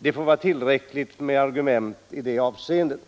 Det får vara tillräckligt som argument i det avseendet.